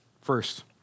First